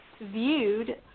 viewed